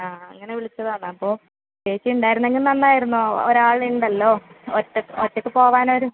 ആ അങ്ങനെ വിളിച്ചതാണ് അപ്പൊൾ ചേച്ചി ഉണ്ടാരുന്നെങ്കിൽ നന്നായിരുന്നു ഒരാളുണ്ടല്ലോ ഒറ്റയ്ക്ക് ഒറ്റയ്ക്ക് പോവാൻ ഒരു